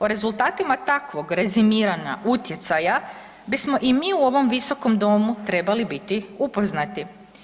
O rezultatima takvog rezimiranja utjecaja bismo i mi u ovom visokom domu trebali biti upoznati.